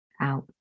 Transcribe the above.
Out